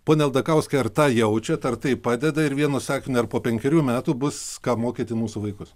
pone aldakauskai ar tą jaučiat ar tai padeda ir vienu sakiniu ar po penkerių metų bus kam mokyti mūsų vaikus